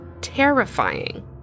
terrifying